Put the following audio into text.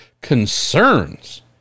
concerns